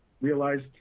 realized